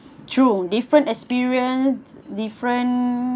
true different experience different